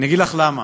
אני אגיד לך למה.